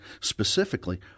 specifically